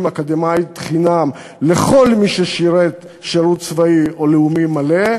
אקדמית חינם לכל מי ששירת שירות צבאי או לאומי מלא.